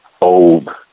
old